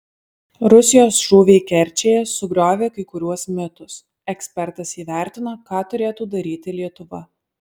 rusijos šūviai kerčėje sugriovė kai kuriuos mitus ekspertas įvertino ką turėtų daryti lietuva